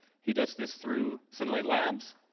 he does this through sunlight labs.